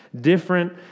different